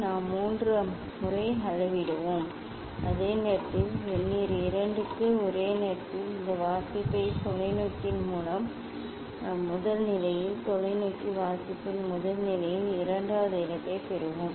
நாம் 3 முறை அளவிடுவோம் அதே நேரத்தில் வெர்னியர் 2 க்கு ஒரே நேரத்தில் இந்த வாசிப்பை தொலைநோக்கியின் முதல் நிலையில் தொலைநோக்கி வாசிப்பின் முதல் நிலையில் இரண்டாவது இடத்தில் பெறுவோம்